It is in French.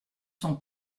son